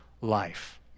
life